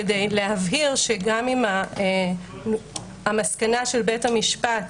כדי להבהיר שגם אם המסקנה של בית המשפט